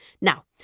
Now